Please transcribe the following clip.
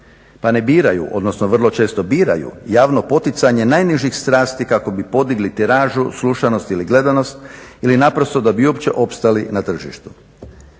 pa ne biraju odnosno vrlo često biraju javno poticanje najnižih strasti kako bi podigli tiražu, slušanost ili gledanost ili naprosto da bi uopće opstali na tržištu.